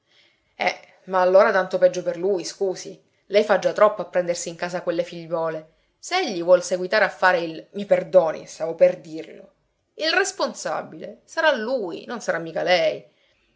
eh ma allora tanto peggio per lui scusi lei fa già troppo a prendersi in casa quelle figliuole se egli vuol seguitare a fare il responsabile sarà lui non sarà mica lei